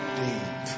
deep